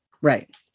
Right